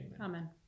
amen